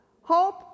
Hope